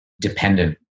dependent